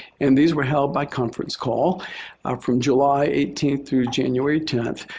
and these were held by conference call from july eighteenth through january tenth.